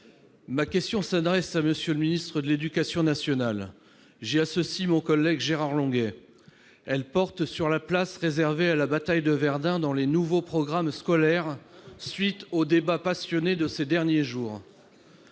Ma question s'adresse à M. le ministre de l'éducation nationale, et j'y associe mon collègue Gérard Longuet. Elle porte sur la place réservée à la bataille de Verdun dans les nouveaux programmes scolaires, à la suite du débat passionné de ces derniers jours.